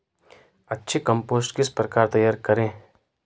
अच्छी कम्पोस्ट किस प्रकार तैयार करें?